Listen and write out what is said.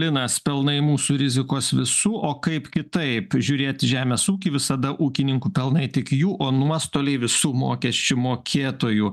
linas pelnai mūsų rizikos visų o kaip kitaip žiūrėt į žemės ūkį visada ūkininkų pelnai tik jų o nuostoliai visų mokesčių mokėtojų